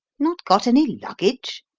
not got any luggage!